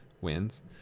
wins